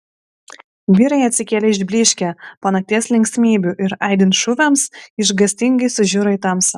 vyrai atsikėlė išblyškę po nakties linksmybių ir aidint šūviams išgąstingai sužiuro į tamsą